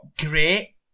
great